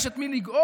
יש את מי לגאול,